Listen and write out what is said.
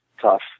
tough